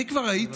אני כבר ראיתי